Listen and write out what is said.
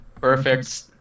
Perfect